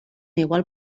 igual